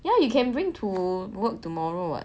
ya you can bring to work tomorrow [what]